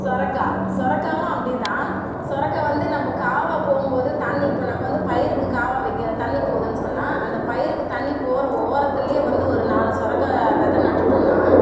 சொரைக்கா சொரைக்காவும் அப்படி தான் சொரைக்கா வந்து நம்ம காவாய் போகும்போது தண்ணி இப்போ நம்ம வந்து பயிருக்குக் காவாய் வைக்க தண்ணி போகுதுன்னு சொன்னால் அந்த பயிருக்குத் தண்ணி போகிற ஓரத்தில் வந்து ஒரு நாலு சொரைக்கா வெதை நட்டுட்டோன்னால்